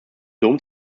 dom